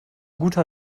guter